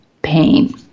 Pain